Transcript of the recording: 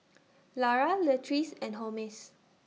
Lara Leatrice and Holmes